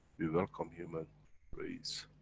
we welcome human race